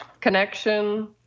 connection